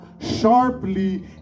sharply